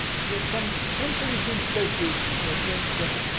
yeah some some police inspectors were showing some